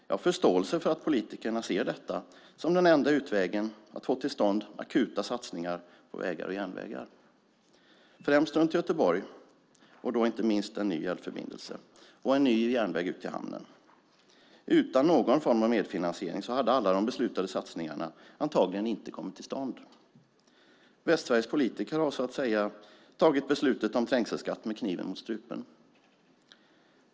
Jag har förståelse för att politikerna ser detta som den enda utvägen att få till stånd akuta satsningar på vägar och järnvägar, främst runt Göteborg och inte minst en ny älvförbindelse och en ny järnväg ut till hamnen. Utan någon form av medfinansiering hade alla de beslutade satsningarna antagligen inte kommit till stånd. Västsveriges politiker har så att säga tagit beslutet om trängselskatt med kniven mot strupen.